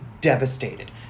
devastated